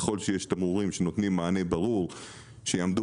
ככל שיש תמרורים שנותנים מענה ברור שיעמדו